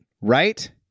right